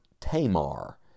Tamar